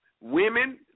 Women